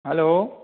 hello